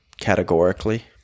categorically